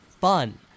fun